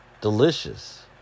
Delicious